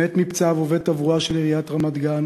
מת מפצעיו עובד תברואה של עיריית רמת-גן